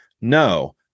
no